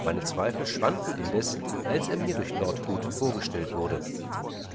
meine zweifel schwanden indes als er mir durch lord hood vorgestellt wurde